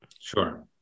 sure